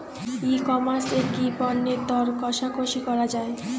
ই commerce এ কি পণ্যের দর কশাকশি করা য়ায়?